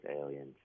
aliens